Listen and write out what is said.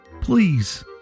please